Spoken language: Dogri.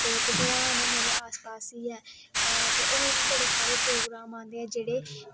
ते भगवान मेरे आस पास ई ऐ ते होर बी बड़े सारे प्रोग्राम आंदे ऐ जेह्ड़े